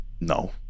No